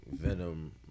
venom